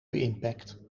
impact